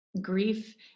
grief